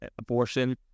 abortion